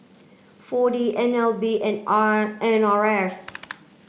four D N L B and R N R F